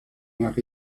nach